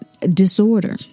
disorder